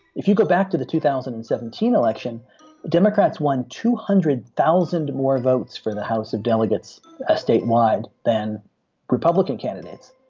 if you go back to the two thousand and seventeen election democrats won two hundred thousand more votes for the house of delegates ah statewide than republican candidates.